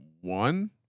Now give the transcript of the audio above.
one